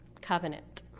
covenant